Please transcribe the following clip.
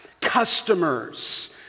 customers